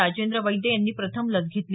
राजेंद्र वैद्य यांनी प्रथम लस घेतली